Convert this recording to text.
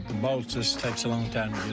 just takes a long time